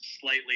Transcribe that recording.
Slightly